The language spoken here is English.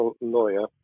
lawyer